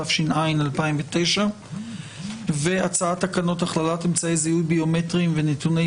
תש"ע-2009 והצעת תקנות הכללת אמצעי זיהוי ביומטריים ונתוני